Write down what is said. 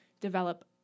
develop